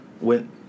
went